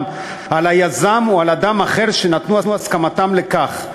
על היזם או על אדם אחר שנתנו הסכמתם לכך,